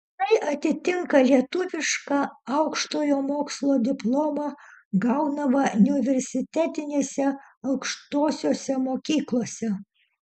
tai atitinka lietuvišką aukštojo mokslo diplomą gaunamą neuniversitetinėse aukštosiose mokyklose